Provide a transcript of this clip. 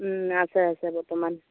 আছে আছে বৰ্তমান